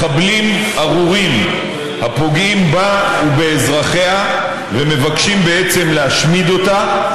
מחבלים ארורים הפוגעים בה ובאזרחיה ומבקשים להשמיד אותה,